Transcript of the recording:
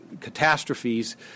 catastrophes